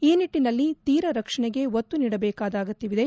ಈ ನಿಟ್ಟಿನಲ್ಲಿ ತೀರ ರಕ್ಷಣೆಗೆ ಒತ್ತು ನೀಡಬೇಕಾದ ಅಗತ್ಯವಿದೆ